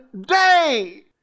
day